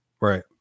right